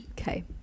Okay